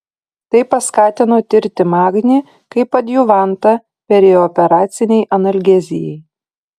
tai paskatino tirti magnį kaip adjuvantą perioperacinei analgezijai